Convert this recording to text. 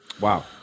Wow